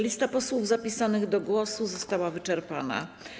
Lista posłów zapisanych do głosu została wyczerpana.